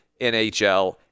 NHL